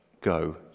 Go